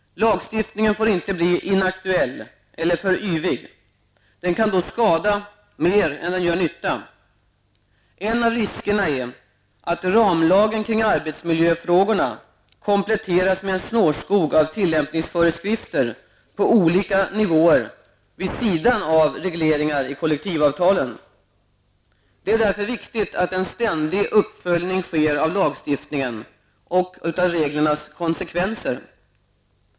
Lagstiftningen får inte bli inaktuell eller för yvig. Den kan då skada mer än den gör nytta. En av riskerna är att ramlagen kring arbetsmiljöfrågorna kompletteras med en snårskog av tillämpningsföreskrifter på olika nivåer vid sidan av regleringar i kollektivavtalen. Det är därför viktigt att en ständig uppföljning sker av lagstiftningens och reglernas konsekvenser.